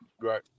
Right